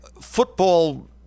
football